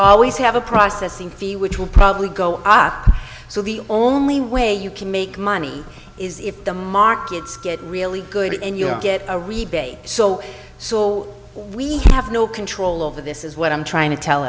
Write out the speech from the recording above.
always have a processing fee which will probably go up so the only way you can make money is if the markets get really good and your get a rebate so so we have no control over this is what i'm trying to tell